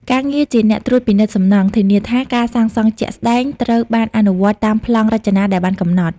ការងារជាអ្នកត្រួតពិនិត្យសំណង់ ធានាថាការសាងសង់ជាក់ស្តែងត្រូវបានអនុវត្តតាមប្លង់រចនាដែលបានកំណត់។